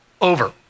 over